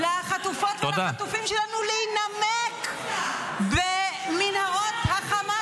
-- ולתת לחטופות והחטופים שלנו להינמק -- מה הקשר?